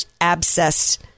abscess